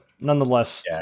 Nonetheless